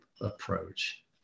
approach